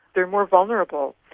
they are more vulnerable.